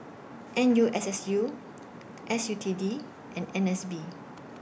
N U S S U S U T D and N S B